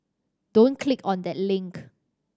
don't click on that link